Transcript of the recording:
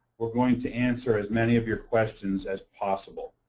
we're going to answer as many of your questions as possible.